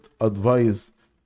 advice